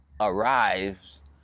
arrives